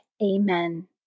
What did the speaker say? Amen